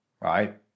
Right